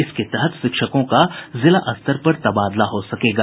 इसके तहत शिक्षकों का जिला स्तर पर तबादला हो सकेगा